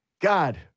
God